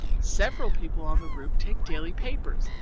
several people on the route take daily papers,